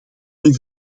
ten